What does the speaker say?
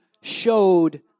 showed